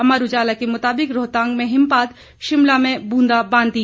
अमर उजाला के मुताबिक रोहतांग में हिमपात शिमला में बूंदाबांदी